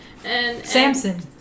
Samson